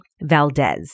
Valdez